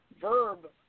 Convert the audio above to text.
verb